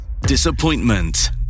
disappointment